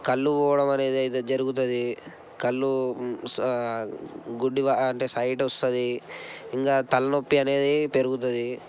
కళ్ళు పోవడం అనేది అయితే జరుగుతుంది కళ్ళు స గుడ్డివారు అంటే సైట్ వస్తుంది ఇంకా తలనొప్పి అనేది పెరుగుతుంది